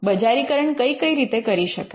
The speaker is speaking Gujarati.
બજારીકરણ કઈ કઈ રીતે કરી શકાય